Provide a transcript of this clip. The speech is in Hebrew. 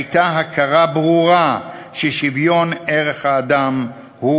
הייתה הכרה ברורה ששוויון ערך האדם הוא